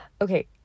okay